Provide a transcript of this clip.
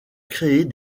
créer